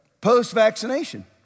post-vaccination